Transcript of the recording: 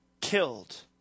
killed